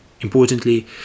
Importantly